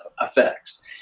effects